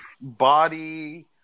body